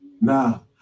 Now